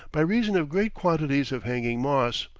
by reason of great quantities of hanging moss,